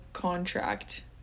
Contract